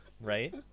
Right